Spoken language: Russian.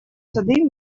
сады